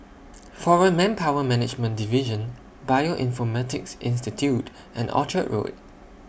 Foreign Manpower Management Division Bioinformatics Institute and Orchard Road